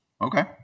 Okay